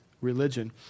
religion